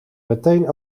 meteen